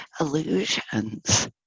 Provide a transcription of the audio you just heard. illusions